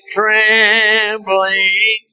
trembling